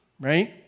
Right